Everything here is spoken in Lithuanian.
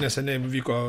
neseniai vyko